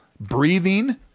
breathing